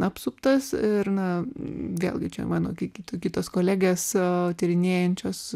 apsuptas ir na vėlgi čia mano ki kitos kolegės tyrinėjančios